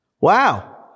Wow